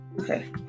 Okay